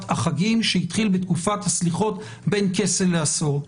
החגים שהתחיל בתקופת הסליחות בין כסה לעשור.